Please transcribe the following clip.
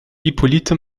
hippolyte